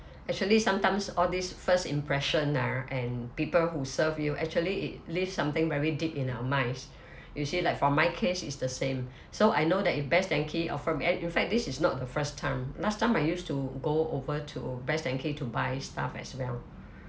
actually sometimes all these first impression ah and people who serve you actually it leaves something very deep in our minds you see like for my case is the same so I know that if best denki or from in fact this is not the first time last time I used to go over to best denki to buy stuff as well